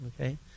okay